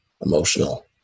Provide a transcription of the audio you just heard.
emotional